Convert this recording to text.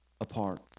apart